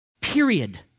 Period